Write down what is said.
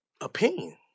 opinion